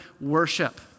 worship